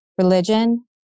religion